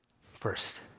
first